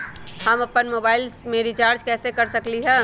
हम अपन मोबाइल में रिचार्ज कैसे कर सकली ह?